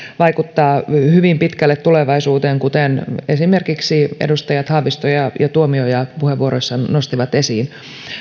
vaikuttaa hyvin pitkälle tulevaisuuteen kuten esimerkiksi edustajat haavisto ja tuomioja puheenvuoroissaan nostivat esiin